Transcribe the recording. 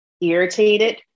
irritated